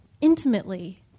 intimately